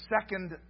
second